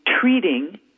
treating